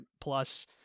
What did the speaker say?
plus